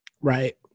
right